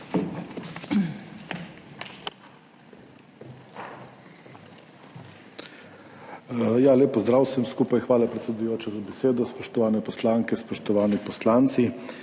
Lep pozdrav vsem skupaj! Hvala predsedujoča za besedo. Spoštovane poslanke, spoštovani poslanci!